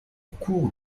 cour